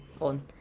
on